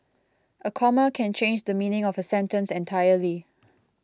a comma can change the meaning of a sentence entirely